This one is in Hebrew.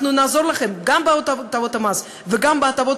אנחנו נעזור לכם גם בהטבות המס וגם בהטבות